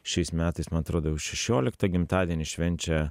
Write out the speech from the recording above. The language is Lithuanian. šiais metais man atrodo jau šešioliktą gimtadienį švenčia